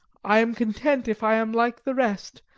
i am content if i am like the rest,